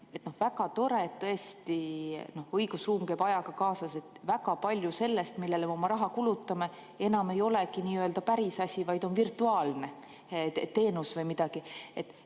Väga tore, et tõesti õigusruum käib ajaga kaasas. Väga palju sellest, millele me oma raha kulutame, enam ei olegi n‑ö päris asi, vaid on virtuaalne teenus või kaup.